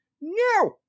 No